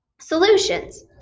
Solutions